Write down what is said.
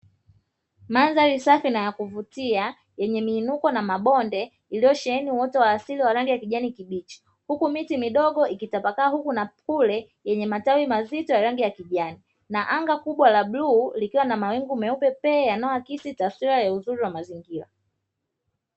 Mandhari safi na kuvutia yenye miinuko na mabonde iliyosheheni wote wa asili wanawake wa kijani kibichi, huku miti midogo ikitapakaa huku na kule yenye matawi mazito ya rangi ya kijani na anga kubwa la bluu likiwa na mawingu meupe pe yanayowakisitasiyo ya uzuri wa mazingira.